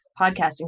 podcasting